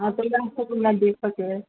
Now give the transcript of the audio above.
हाँ तऽ हमरा देखऽके अइ